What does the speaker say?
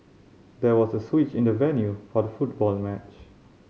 there was a switch in the venue for the football match